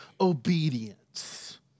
obedience